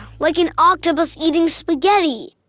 like an octopus eating spaghetti.